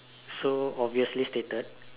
so obviously stated